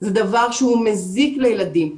זה דבר שהוא מזיק לילדים.